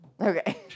Okay